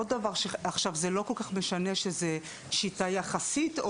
עכשיו זה לא כל כך משנה שזה שיטה יחסית,